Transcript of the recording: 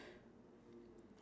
you think